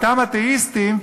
אותם אתאיסטים,